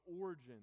origin